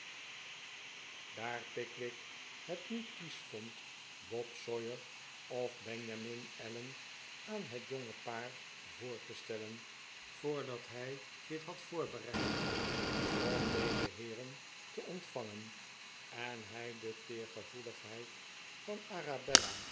daar pickwick het niet kiesch vond bob sawyer of benjamin allen aan het jonge paar voor te stellen voordat hij dit had voorbereid pm deze heeren te ontvangen en hij de teergevbeligheid van arabella